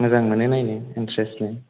मोजांमोनो नायनो इन्ट्रेस्टनो